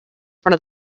front